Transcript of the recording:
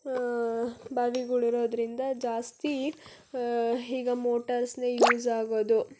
ಬಾವಿಗಳು ಇರೋದರಿಂದ ಜಾಸ್ತಿ ಈಗ ಮೋಟರ್ಸೇ ಯೂಸ್ ಆಗೋದು